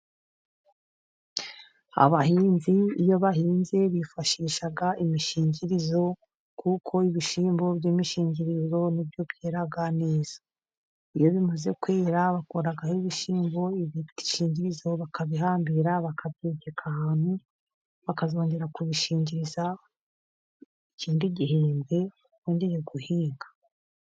Abahinzi iyo bahinze bifashisha imishingirizo, kuko ibishyimbo by'imishingiriro nibyo byera neza. Iyo bimaze kwera bakuraho ibishyimbo, ibishingirizo bakabihambira bakabyegeka ahantu bakazongera kubishingiriza, ikindi gihembwe bongeye guhinga.